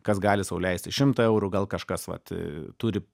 kas gali sau leisti šimtai eurų gal kažkas vat turi